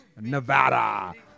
Nevada